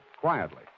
Quietly